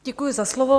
Děkuju za slovo.